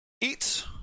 Eat